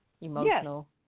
emotional